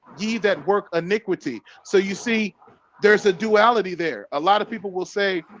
ye that work iniquity so you see there's a duality there. a lot of people will say,